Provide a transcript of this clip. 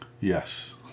Yes